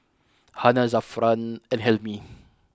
Hana Zafran and Hilmi